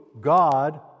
God